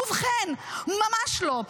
ובכן, ממש לא.